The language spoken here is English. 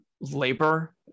labor